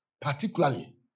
particularly